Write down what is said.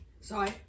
sorry